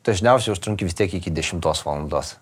dažniausiai užtrunki vis tiek iki dešimtos valandos